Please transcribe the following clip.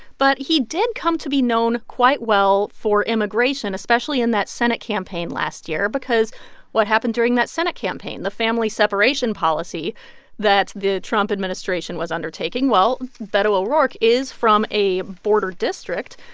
but he did come to be known quite well for immigration, especially in that senate campaign last year because what happened during that senate campaign? the family separation policy that the trump administration was undertaking well, beto o'rourke is from a border district.